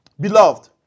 Beloved